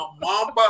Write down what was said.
Mamba